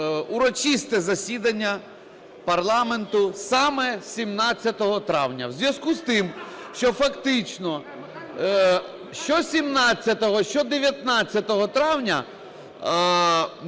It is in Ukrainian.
урочисте засідання парламенту саме 17 травня, в зв'язку з тим, що фактично що 17-го, що 19 травня